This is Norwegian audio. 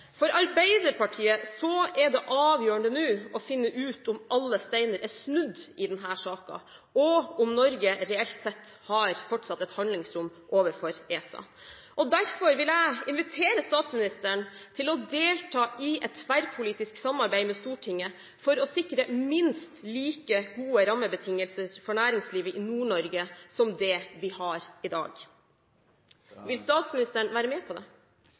For Arbeiderpartiet er det avgjørende nå å finne ut om alle steiner er snudd i denne saken, og om Norge reelt sett fortsatt har et handlingsrom overfor ESA. Derfor vil jeg invitere statsministeren til å delta i et tverrpolitisk samarbeid med Stortinget for å sikre minst like gode rammebetingelser for næringslivet i Nord-Norge som det vi har i dag. Vil statsministeren være med på det?